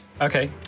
Okay